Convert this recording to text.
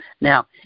Now